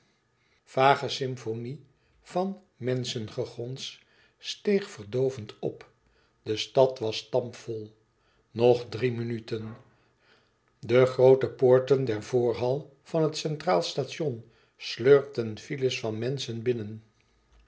vage symfonie van menschengegons steeg verdoovend op de stad was stampvol nog drie minuten de groote poorten der voorhal van het centraal station slurpten files van menschen binnen